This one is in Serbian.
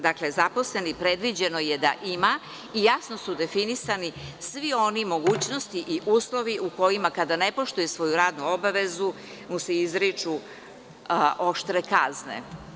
Dakle, zaposleni, predviđeno je da ima i jasno su definisane sve one mogućnosti i uslovi u kojima kada ne poštuje svoju radnu obavezu, izriču mu se oštre kazne.